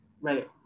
Right